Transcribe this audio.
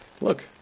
look